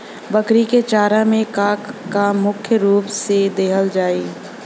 बकरी क चारा में का का मुख्य रूप से देहल जाई?